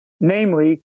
namely